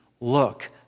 look